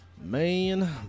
Man